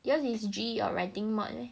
yours is G_E or writing module meh